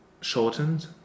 shortened